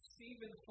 Stephen